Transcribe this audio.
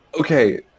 Okay